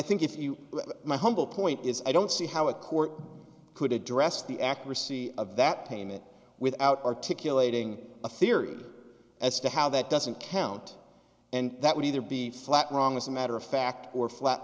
think if you my humble point is i don't see how a court could address the accuracy of that payment without articulating a fear as to how that doesn't count and that would either be flat wrong as a matter of fact or flat